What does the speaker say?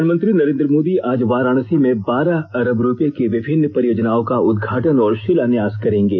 प्रधानमंत्री नरेन्द्र मोदी आज वाराणसी में बारह अरब रूपये की विभिन्न परियोजनाओं का उद्घाटन और शिलान्यास करेंगे